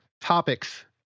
topics